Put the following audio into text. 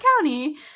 County